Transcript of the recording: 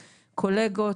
קולגות,